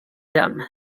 l’homme